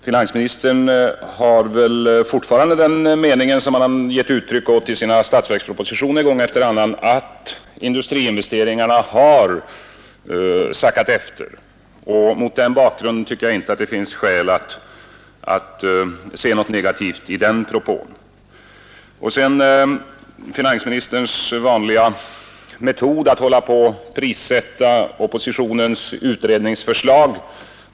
Finansministern har väl fortfarande den mening som han har givit uttryck åt i sina statsverkspropositioner gång efter annan, att industriinvesteringarna har sackat efter, och mot den bakgrunden tycker jag inte det finns skäl att se något negativt i den propån. Och sedan finansministerns vanliga metod att hålla på och prissätta oppositionens utredningsförslag!